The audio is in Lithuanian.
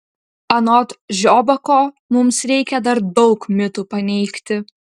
anot žiobako mums reikia dar daug mitų paneigti